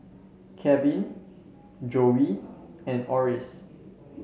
Calvin Zoie and Orris